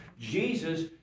Jesus